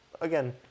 again